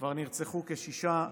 כבר נרצחו כשישה,